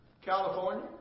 California